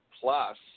plus